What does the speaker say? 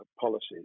policies